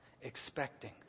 expecting